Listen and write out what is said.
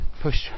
push